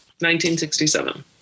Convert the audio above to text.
1967